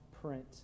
print